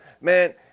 man